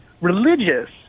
religious